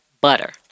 Butter